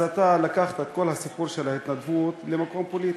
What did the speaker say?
אז אתה לקחת את כל הסיפור של ההתנדבות למקום פוליטי,